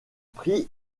prix